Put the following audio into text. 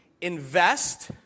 Invest